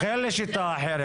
אין לי שיטה אחרת.